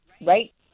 Right